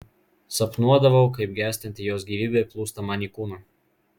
sapnuodavau kaip gęstanti jos gyvybė plūsta man į kūną